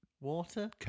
Water